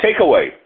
Takeaway